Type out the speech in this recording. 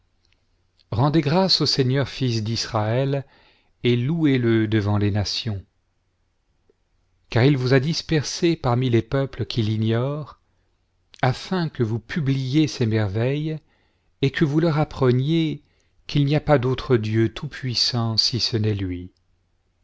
rendez grâces au seigneur fils d'israël et louez-le devant les nations car il vous a dispersés parmi les peuples qui l'ignorent afin que vous publiiez ses merveilles et que vous leur appreniez qu'il n'y a pas d'autre dieu tout-puissant si ce n'est lui